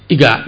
Iga